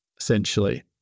essentially